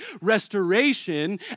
restoration